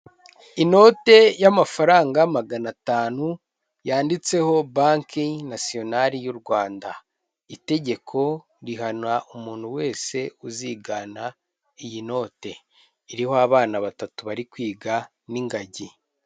Inote y'amafaranga magana atanu, yanditseho banki nasiyonari y'u Rwanda, itegeko rihana umuntu wese uzigana iyi note, iriho abana batatu bari kwiga n'ingagi.